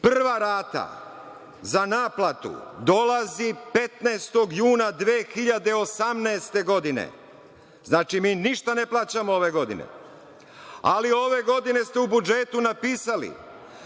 Prva rata za naplatu dolazi 15. juna 2018. godine. Znači, mi ništa ne plaćamo ove godine. Ali, ove godine ste u budžetu napisali